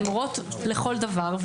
הן מורות לכל דבר.